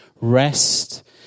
rest